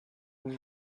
vous